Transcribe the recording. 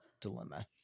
dilemma